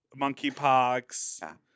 monkeypox